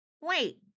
wait